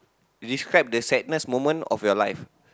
describe the sadness moment of your life